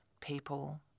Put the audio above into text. people